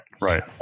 right